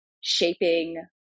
shaping